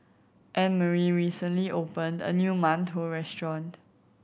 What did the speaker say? Annmarie recently opened a new mantou restaurant